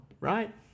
right